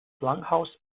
langhaus